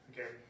Okay